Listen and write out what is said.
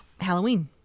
Halloween